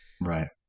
right